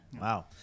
Wow